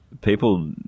People